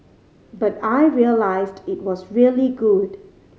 but I realised it was really good